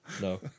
No